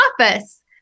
office